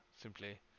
simply